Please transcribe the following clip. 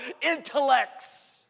intellects